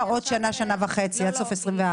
עכשיו יש כאן נציג של האוצר,